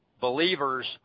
believers